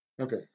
Okay